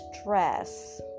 stress